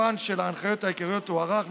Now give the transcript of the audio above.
תוקפן של ההנחיות העיקריות הוארך,